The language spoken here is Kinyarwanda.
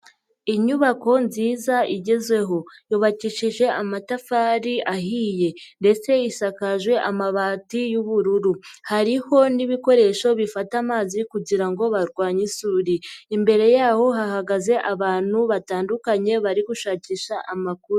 Inyubako nziza igezweho, yubakishije amatafari ahiye ndetse isakaje amabati y'ubururu, hariho n'ibikoresho bifata amazi kugira ngo barwanye isuri, imbere yaho hahagaze abantu batandukanye bari gushakisha amakuru.